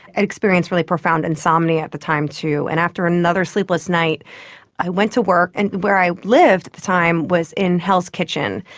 experienced really profound insomnia at the time too, and after another sleepless night i went to work, and where i lived at the time was in hell's kitchen,